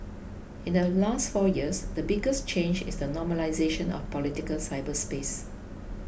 in the last four years the biggest change is the normalisation of political cyberspace